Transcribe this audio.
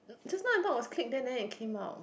just now I thought was click there then came out